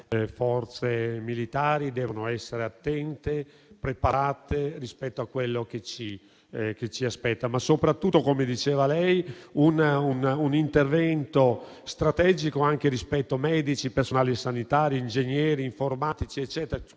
forze militari devono essere attente e preparate rispetto a quello che ci aspetta. Soprattutto - come diceva lei - occorre un intervento strategico anche rispetto a medici, personale sanitario, ingegneri, informatici e